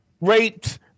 raped